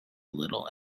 little